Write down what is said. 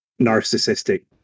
narcissistic